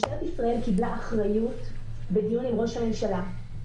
משטרת ישראל קיבלה אחריות בדיון עם ראש הממשלה.